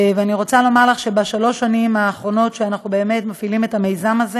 ואני רוצה לומר לך שבשלוש השנים האחרונות שאנחנו מפעילים את המיזם הזה